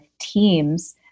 teams